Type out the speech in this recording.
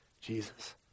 Jesus